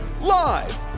Live